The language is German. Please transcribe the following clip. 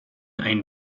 ein